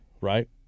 right